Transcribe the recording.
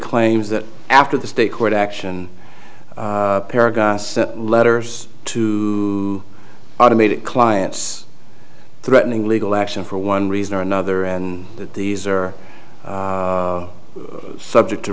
claims that after the state court action paragraphs letters to automated clients threatening legal action for one reason or another and that these are subject to